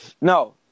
no